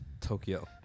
Tokyo